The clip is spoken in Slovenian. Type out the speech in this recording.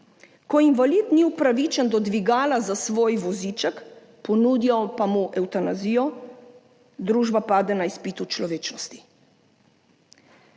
Ko invalid ni upravičen do dvigala za svoj voziček, ponudijo pa mu evtanazijo, družba pade na izpitu človečnosti.